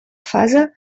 fase